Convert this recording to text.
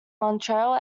montreal